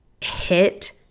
hit